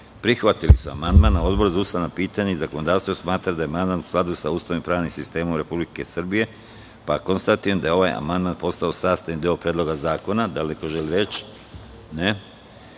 prihvatili su amandman. Odbor za ustavna pitanja i zakonodavstvo smatra da je amandman u skladu sa Ustavom i pravnim sistemom Republike Srbije. Konstatujem da je ovaj amandman postao sastavni deo Predloga zakona. Da li neko želi reč?